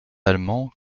allemand